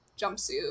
jumpsuit